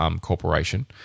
Corporation